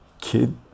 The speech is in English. kid